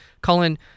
Colin